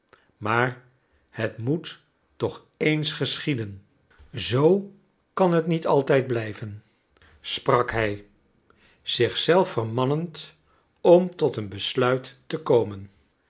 maar het moet toch eens geschieden zoo kan het niet altijd blijven sprak hij zich zelf vermannend om tot een besluit te komen